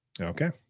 Okay